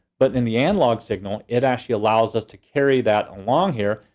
but in the analog signal, it actually allows us to carry that along here,